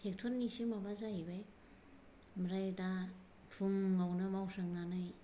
ट्रेक्ट'रनिसो माबा जाहैबाय ओमफ्राय दा फुंआवनो मावस्रांनानै